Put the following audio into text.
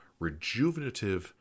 rejuvenative